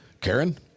Karen